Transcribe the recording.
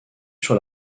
sur